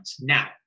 Now